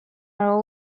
are